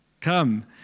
come